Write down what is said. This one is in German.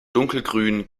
dunkelgrün